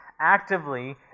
actively